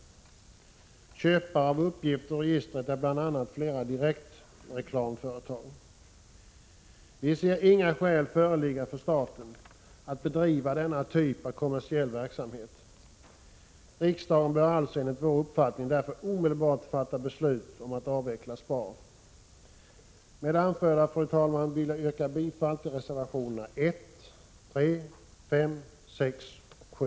Köpare av uppgifter ur registret är bl.a. flera direktreklamföretag. Vi ser inga skäl för staten att bedriva denna typ av kommersiell verksamhet. Riksdagen bör alltså enligt vår uppfattning omedelbart fatta beslut om att avveckla SPAR. Med det anförda, fru talman, vill jag yrka bifall till reservationerna 1,3, 5, 6 och 7.